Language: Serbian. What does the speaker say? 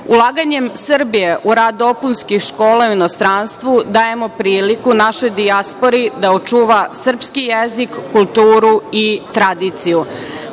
Srbije. Ulaganjem Srbije u rad dopunskih škola u inostranstvu, dajemo priliku našoj Dijaspori da očuva srpski jezik, kulturu i tradiciju. Treba